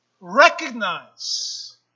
Recognize